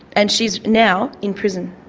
and she's now in prison.